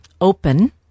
open